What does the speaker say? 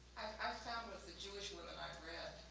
i found with the jewish women i've read